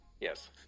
yes